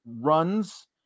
runs